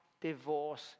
divorce